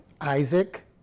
Isaac